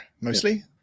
mostly